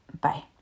Bye